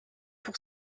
pour